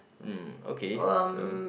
uh okay so